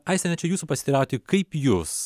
aiste norėčiau jūsų pasiteirauti kaip jus